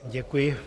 Děkuji.